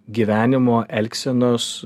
gyvenimo elgsenos